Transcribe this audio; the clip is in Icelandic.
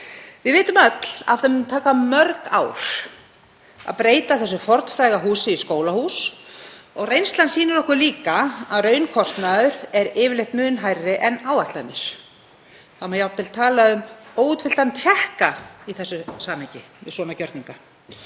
Við vitum öll að það mun taka mörg ár að breyta þessu fornfræga hús í skólahús og reynslan sýnir okkur líka að raunkostnaður er yfirleitt mun hærri en áætlanir. Það má jafnvel tala um óútfylltan tékka í samhengi við svona gjörninga.